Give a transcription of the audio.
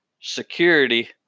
security